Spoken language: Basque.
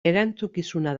erantzukizuna